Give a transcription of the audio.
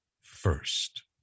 first